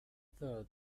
third